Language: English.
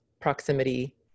proximity